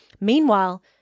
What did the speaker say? Meanwhile